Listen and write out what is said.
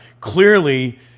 Clearly